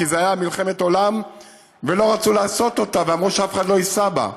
כי הייתה על זה מלחמת עולם ולא רצו לעשות אותה ואמרו שאף לא ייסע בה.